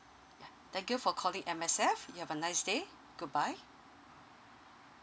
ya thank you for calling M_S_F you have a nice day goodbye